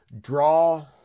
draw